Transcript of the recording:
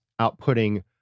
outputting